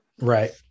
Right